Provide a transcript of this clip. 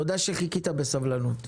תודה שחיכית בסבלנות.